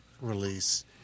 release